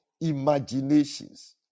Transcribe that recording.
imaginations